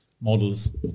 models